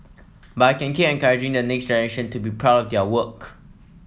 but I can keep encouraging the next generation to be proud of their work